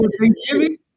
Thanksgiving